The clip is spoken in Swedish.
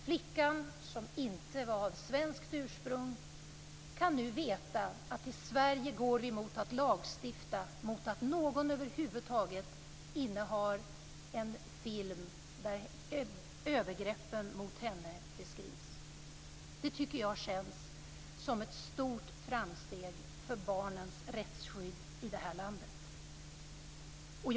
Flickan, som inte var av svenskt ursprung, kan nu veta att vi i Sverige går mot att lagstifta mot att någon över huvud taget innehar en film där övergreppen mot henne beskrivs. Det tycker jag känns som ett stort framsteg för barnens rättsskydd i det här landet.